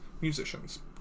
musicians